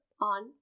on